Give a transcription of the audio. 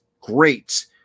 great